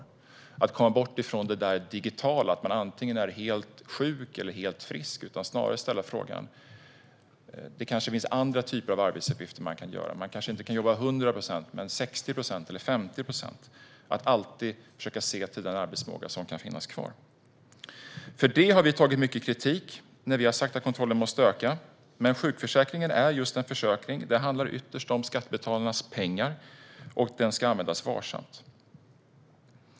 Vi måste komma bort från tanken att man antingen är helt sjuk eller helt frisk och ställa frågan om man kan göra andra arbetsuppgifter. Man kanske inte kan jobba 100 procent men 60 eller 50 procent. Vi måste alltid försöka se den arbetsförmåga som kan finnas kvar. Moderaterna har fått mycket kritik när vi har sagt att kontrollen måste öka. Men sjukförsäkringen är just en försäkring, och den ska användas varsamt. Det handlar ytterst om skattebetalarnas pengar.